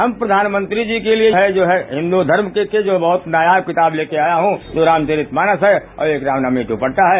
हम प्रधानमंत्री जी के लिए जो हैं हिंदू धर्म के लिए जो है बहुत ही नायाब किताब लेकर आया हूं जो रामचरित मानस है और एक राम नवमी जो दुपट्टा है